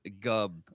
Gub